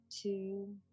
two